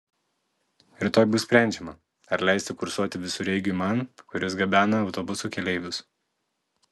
rytoj bus sprendžiama ar leisti kursuoti visureigiui man kuris gabena autobusų keleivius